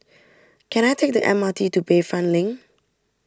can I take the M R T to Bayfront Link